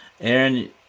Aaron